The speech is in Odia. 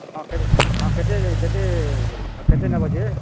ହଁ କେତେ ହଁ କେତେ ଦେମି କେତେ ଦେମି ହଁ କେତେ ନେବ ଯେ